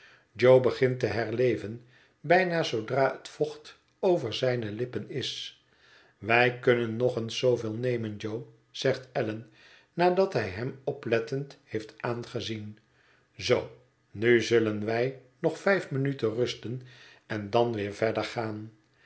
jo begint te herleven bijna zoodra het vocht over zijne lippen is wij kunnen nog eens zooveel nemen jo zegt allan nadat hij hem oplettend heeft aangezien zoo nu zullen wij nog vijf minuten rusten en dan weer verder gaan